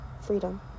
freedom